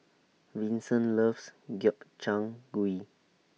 Vincent loves Gobchang Gui